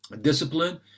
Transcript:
discipline